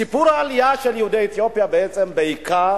סיפור העלייה של יהודי אתיופיה, בעצם בעיקר